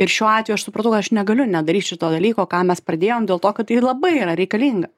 ir šiuo atveju aš supratau kad aš negaliu nedaryt šito dalyko ką mes pradėjom dėl to kad tai labai yra reikalinga